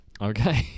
Okay